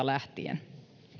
lähtien